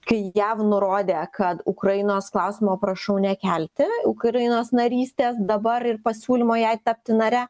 kai jav nurodė kad ukrainos klausimo prašau nekelti ukrainos narystės dabar ir pasiūlymo jai tapti nare